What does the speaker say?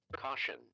Caution